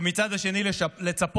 ומהצד השני לצפות